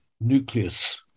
nucleus